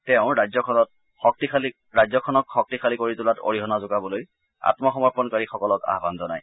তেওঁ ৰাজ্যখনত শক্তিশালী কৰি তোলাত অৰিহণা যোগাবলৈ আম্মসমৰ্পণকাৰী সকলক আহান জনায়